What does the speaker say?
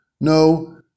No